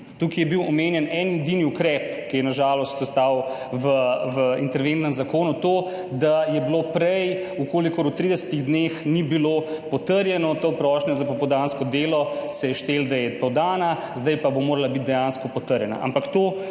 Tukaj je bil omenjen en in edini ukrep, ki je na žalost ostal v interventnem zakonu, to, da je bilo prej, če v 30 dneh ni bilo potrjena ta prošnja za popoldansko delo, se je štelo, da je podana, zdaj pa bo morala biti dejansko potrjena.